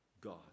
God